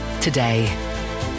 today